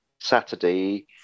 Saturday